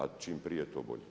A čim prije to bolje.